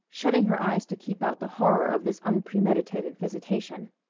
shutting her eyes to keep out the horror of this unpremeditated visitation.